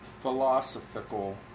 philosophical